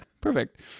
Perfect